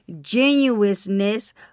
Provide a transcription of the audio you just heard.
genuineness